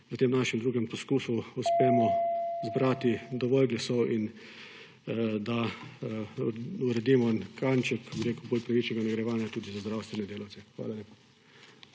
v tem našem drugem poskusu uspemo zbrati dovolj glasov in da uredimo en kanček, bi rekel, bolj pravičnega nagrajevanja tudi za zdravstvene delavce. Hvala lepa.